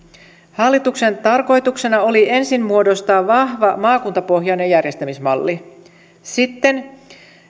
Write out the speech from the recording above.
hallituksen tarkoituksena oli ensin muodostaa vahva maakuntapohjainen järjestämismalli sitten